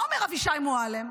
מה אומר אבישי מועלם?